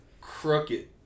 Crooked